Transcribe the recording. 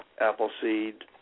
Appleseed